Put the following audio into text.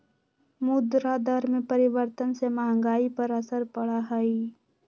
मुद्रा दर में परिवर्तन से महंगाई पर असर पड़ा हई